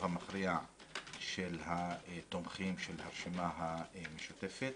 המכריע של התומכים של הרשימה המשותפת.